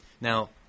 Now –